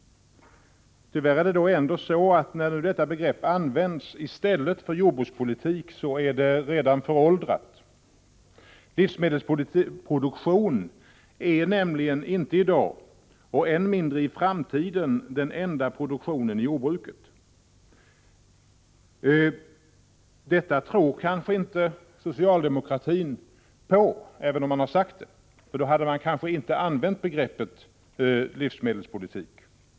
Tyvärr är det så att när detta begrepp nu används i stället för jordbrukspolitik är det redan föråldrat. Livsmedelsproduktion är nämligen inte i dag och än mindre i framtiden den enda produktionen i jordbruket. Socialdemokraterna tror kanske inte på detta, även om de har sagt sig göra det, för då hade de kanske inte använt begreppet livsmedelspolitik.